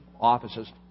offices